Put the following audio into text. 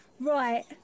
Right